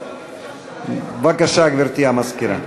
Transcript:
בבקשה, גברתי המזכירה.